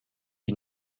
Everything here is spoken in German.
die